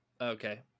Okay